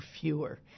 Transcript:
fewer